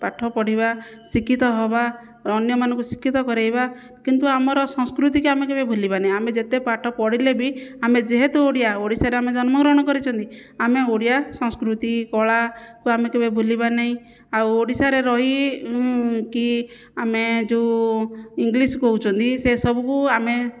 ପାଠ ପଢ଼ିବା ଶିକ୍ଷିତ ହେବା ଅନ୍ୟମାନଙ୍କୁ ଶିକ୍ଷିତ କରାଇବା କିନ୍ତୁ ଆମର ସଂସ୍କୃତିକୁ ଆମେ କେବେ ଭୁଲିବାନାହିଁ ଆମେ ଯେତେ ପାଠ ପଢ଼ିଲେ ବି ଆମେ ଯେହେତୁ ଓଡ଼ିଆ ଓଡ଼ିଶାରେ ଆମେ ଜନ୍ମ ଗ୍ରହଣ କରିଛନ୍ତି ଆମେ ଓଡ଼ିଆ ସଂସ୍କୃତି କଳା କୁ ଆମେ କେବେ ଭୁଲିବାନାହିଁ ଆଉ ଓଡ଼ିଶାରେ ରହି କି ଆମେ ଯେଉଁ ଇଂଲିଶ କହୁଛନ୍ତି ସେସବୁକୁ ଆମେ